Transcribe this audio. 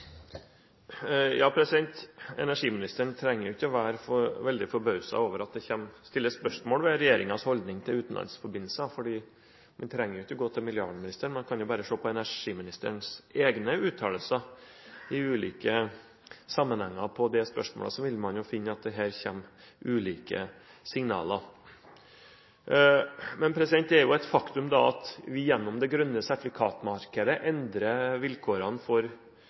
utenlandsforbindelser. Vi trenger ikke gå til miljøvernministeren. Man kan jo bare se på energiministerens egne uttalelser i ulike sammenhenger om det spørsmålet, så vil man finne at det her kommer ulike signaler. Det er et faktum at vi gjennom det grønne sertifikat-markedet endrer vilkårene for